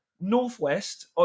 Northwest